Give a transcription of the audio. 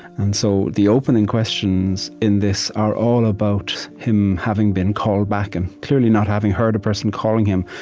and so, the opening questions in this are all about him, having been called back and, clearly, not having heard a person calling him,